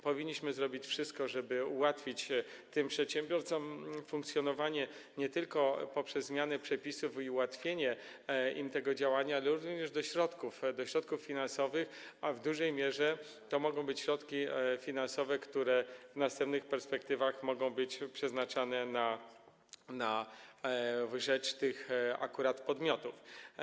Powinniśmy zrobić wszystko, żeby ułatwić tym przedsiębiorcom funkcjonowanie nie tylko poprzez zmiany przepisów i ułatwienie im działania, ale również jeżeli chodzi o środki finansowe, a w dużej mierze mogą to być środki finansowe, które w następnych perspektywach mogą być przeznaczane na rzecz akurat tych podmiotów.